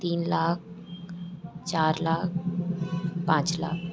तीन लाख चार लाख पाँच लाख